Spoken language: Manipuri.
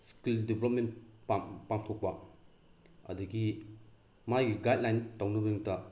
ꯏꯁꯀꯤꯜ ꯗꯤꯕꯦꯜꯂꯞꯃꯦꯟ ꯄꯥꯡꯊꯣꯛꯄ ꯑꯗꯒꯤ ꯃꯥꯒꯤ ꯒꯥꯏꯠꯂꯥꯏꯟ ꯇꯧꯅꯕꯒꯤꯗꯃꯛꯇ